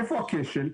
איפה הכשל?